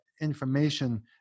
information